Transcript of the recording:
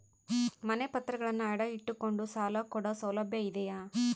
ಮನೆ ಪತ್ರಗಳನ್ನು ಅಡ ಇಟ್ಟು ಕೊಂಡು ಸಾಲ ಕೊಡೋ ಸೌಲಭ್ಯ ಇದಿಯಾ?